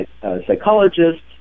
psychologists